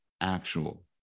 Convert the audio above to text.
actual